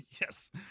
Yes